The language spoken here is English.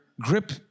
grip